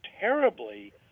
terribly